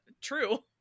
True